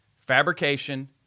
fabrication